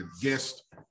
guest